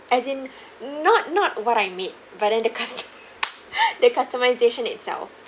as in not not what I made but the custo~ the customisation itself